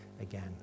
again